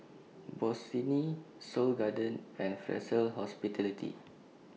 Bossini Seoul Garden and Fraser Hospitality